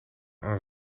aan